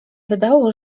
wydało